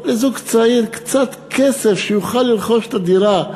לזוג צעיר עוד קצת כסף כדי שהוא יוכל לרכוש את הדירה,